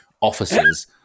offices